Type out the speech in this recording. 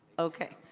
okay.